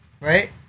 right